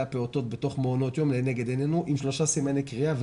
הפעוטות בתוך מעונות היום עם שלושה סימני קריאה.